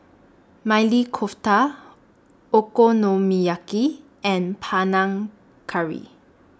Maili Kofta Okonomiyaki and Panang Curry